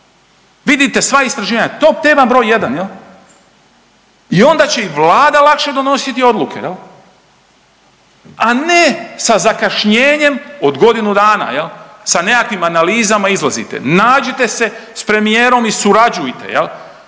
Vidite sva istraživanja, top tema br. 1. I onda će i Vlada donositi lakše odluke. A ne sa zakašnjenjem od godinu dana sa nekakvim analizama izlazite. Nađite se s premijerom i surađujte